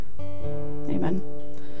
Amen